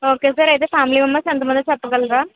okay sir అయితే family members ఎంతమందో చెప్పగలరా